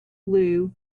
blue